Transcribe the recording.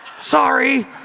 Sorry